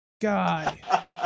God